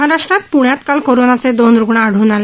महाराष्ट्रात पृण्यात काल कोरोनाचे दोन रुग्ण आढळून आले